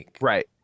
Right